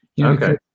Okay